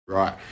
Right